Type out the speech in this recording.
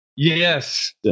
Yes